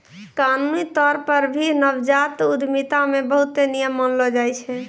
कानूनी तौर पर भी नवजात उद्यमिता मे बहुते नियम मानलो जाय छै